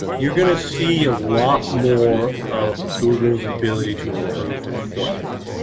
you're gonna see a lot more of google's ability to improve enforcement.